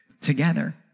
together